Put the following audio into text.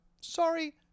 Sorry